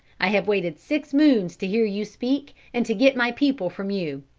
i have waited six moons to hear you speak and to get my people from you.